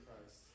Christ